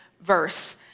verse